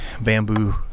bamboo